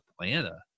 Atlanta